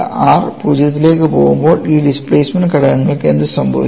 R 0 ലേക്ക് പോകുമ്പോൾ ഈ ഡിസ്പ്ലേമെൻറ് ഘടകങ്ങൾക്ക് എന്ത് സംഭവിക്കും